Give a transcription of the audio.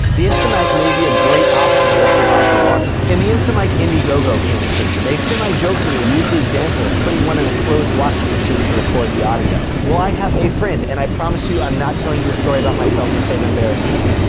the instamic may be a great option that will survive the water. in the instamic so like indiegogo campaign, they semi-jokingly used the example of putting one in a closed washing machine to record the audio. well, i have a friend, and i promise you, i'm not telling you a story about myself to save embarrassment.